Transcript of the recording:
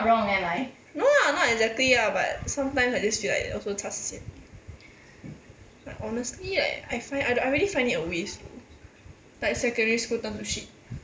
no ah not exactly ah but sometimes I just feel like also sian but honestly like I find I I really find it a waste though like secondary school turn to shit